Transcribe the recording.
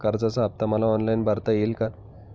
कर्जाचा हफ्ता मला ऑनलाईन भरता येईल का?